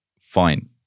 Fine